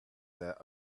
their